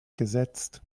gesetzt